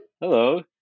Hello